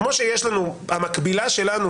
כמו שהמקבילה שלנו